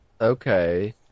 Okay